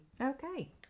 Okay